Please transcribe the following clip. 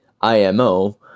IMO